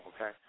Okay